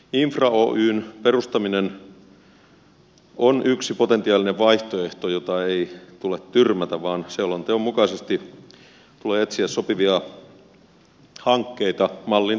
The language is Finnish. infra oyn perustaminen on yksi potentiaalinen vaihtoehto jota ei tule tyrmätä vaan selonteon mukaisesti tulee etsiä sopivia hankkeita mallin testaamiseksi